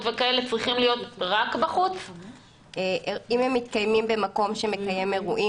ולהבהיר לכולם ולהזהיר: היום יום עצוב מאוד,